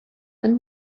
and